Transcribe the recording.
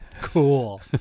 Cool